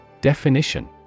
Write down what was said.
Definition